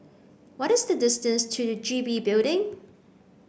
what is the distance to the G B Building